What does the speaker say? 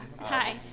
Hi